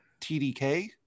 TDK